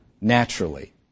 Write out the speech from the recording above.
naturally